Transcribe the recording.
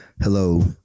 Hello